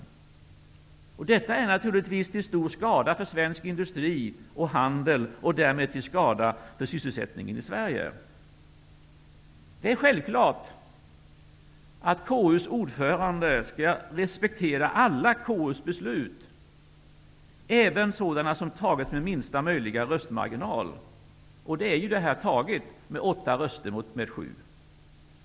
Detta är naturligtvis till stor skada för svensk industri och handel, och därmed också till skada för sysselsättningen i Sverige. Självfallet skall KU:s ordförande respektera alla KU:s beslut, även sådana som fattats med minsta möjliga röstmarginal. Detta beslut har fattats med åtta röster mot sju.